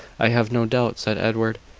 i have no doubt, said edward.